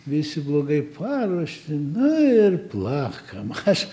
visi blogai paruoš ten nu ir plakam aš